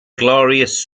glorious